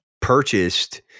purchased